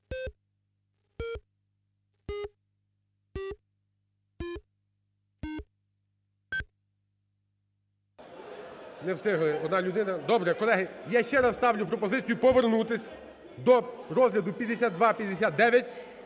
Добре, колеги, я ще раз ставлю пропозицію повернутись до розгляду 5259.